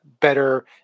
better